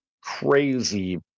crazy